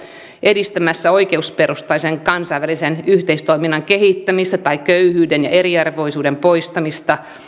edistämässä oikeusperustaisen kansainvälisen yhteistoiminnan kehittämistä tai köyhyyden ja eriarvoisuuden poistamista